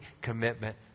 commitment